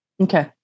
Okay